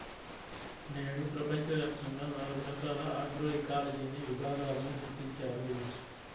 నేడు ప్రపంచవ్యాప్తంగా నాలుగు రకాల ఆగ్రోఇకాలజీని విభాగాలను గుర్తించారు